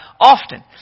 often